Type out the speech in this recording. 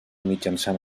mitjançant